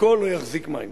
הכול לא יחזיק מים.